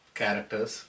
characters